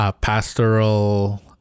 pastoral